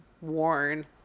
worn